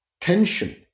tension